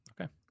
okay